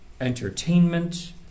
entertainment